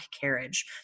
carriage